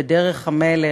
בדרך המלך,